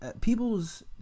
people's